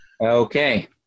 Okay